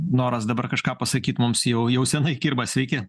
noras dabar kažką pasakyt mums jau jau senai kirba sveiki